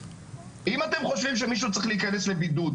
אם אתם חושבים שמישהו צריך להיכנס לבידוד,